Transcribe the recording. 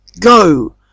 Go